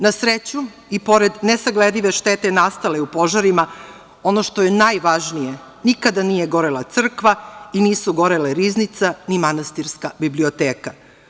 Na sreću, i pored nesagledive štete nastale u požarima, ono što je najvažnije, nikada nije gorela crkva i nisu gorele riznica ni manastirska biblioteka.